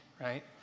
right